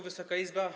Wysoka Izbo!